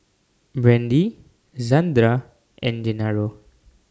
Brandie Zandra and Gennaro